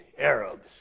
Arabs